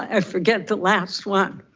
i forget the last one.